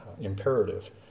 imperative